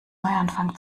neuanfang